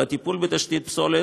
בטיפול בתשתית הפסולת.